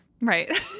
right